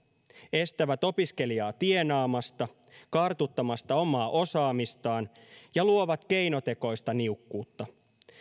estävät opiskelijaa tienaamasta ja kartuttamasta omaa osaamistaan ja luovat keinotekoista niukkuutta